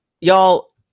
Y'all